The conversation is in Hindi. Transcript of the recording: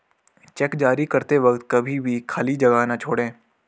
चेक जारी करते वक्त कभी भी खाली जगह न छोड़ें